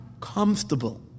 comfortable